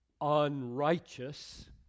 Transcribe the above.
unrighteous